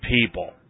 people